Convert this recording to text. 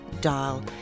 Dial